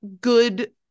good